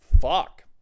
Fuck